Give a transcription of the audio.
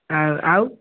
ଆଉ ଆଉ